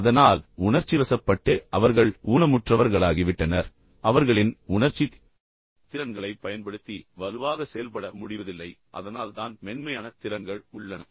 அதனால் உணர்ச்சிவசப்பட்டு அவர்கள் ஊனமுற்றவர்களாகிவிட்டனர் அவர்கள் முடமாகிவிட்டனர் அவர்களின் உணர்ச்சித் திறன்களைப் பயன்படுத்தி வலுவாகச் செயல்பட முடிவதில்லை அதனால்தான் மென்மையான திறன்கள் உள்ளன